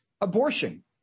abortion